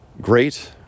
great